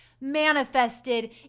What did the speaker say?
manifested